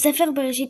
בספר בראשית,